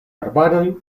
arbaroj